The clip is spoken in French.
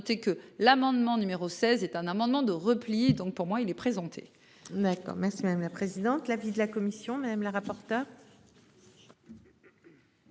noter que l'amendement numéro 16 est un amendement de repli. Donc pour moi il est présenté. D'accord. Merci madame la présidente. L'avis de la commission, même la rapporteure.